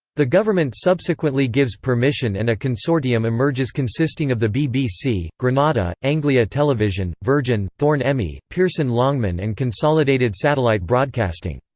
the government subsequently gives permission and a consortium emerges consisting of the bbc, bbc, granada, anglia television, virgin, thorn-emi, pearson longman and consolidated satellite broadcasting.